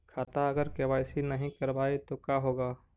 खाता अगर के.वाई.सी नही करबाए तो का होगा?